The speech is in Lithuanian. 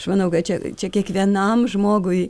aš manau kad čia čia kiekvienam žmogui